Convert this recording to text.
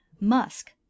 musk